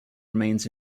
remains